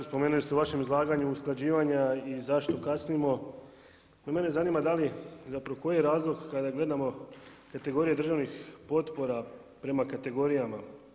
Spomenuli ste u vašem izlaganju usklađivanja i zašto kasnimo, no mene zanima koji je razlog kada gledamo kategorije državnih potpora prema kategorijama.